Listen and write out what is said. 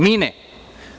Mi ne.